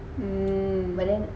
mm